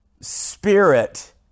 Spirit